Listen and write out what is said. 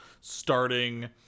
starting